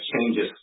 changes